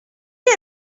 est